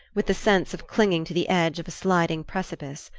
with the sense of clinging to the edge of a sliding precipice.